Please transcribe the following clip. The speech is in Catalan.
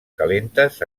calentes